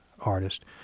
artist